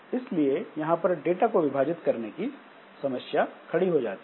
इसलिए यहां पर डाटा को विभाजित करने की समस्या खड़ी होती है